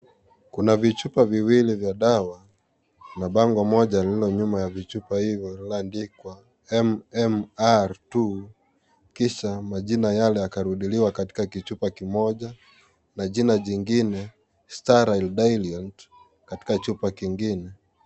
Kuna vichupa viwili vya dawa na bango moja lililo nyuma ya chupa hiyo lililoandikwa; MMR 2 kisha majina yale yakarudiliwa katika kichupa kimoja na jina jingine starly beylold katika chupa kingine.